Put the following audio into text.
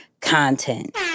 content